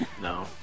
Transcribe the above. no